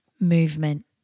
movement